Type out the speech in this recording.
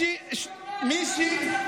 עם כל